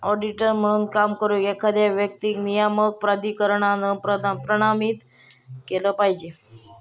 auditor म्हणून काम करुक, एखाद्या व्यक्तीक नियामक प्राधिकरणान प्रमाणित केला पाहिजे